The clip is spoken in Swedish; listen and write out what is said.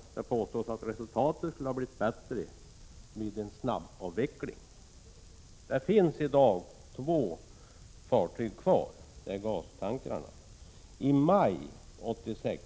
Vidare påstås att resultatet skulle ha blivit bättre vid en snabb avveckling. I dag finns bara två gastankrar kvar, medan det fanns nio fartyg i maj 1986.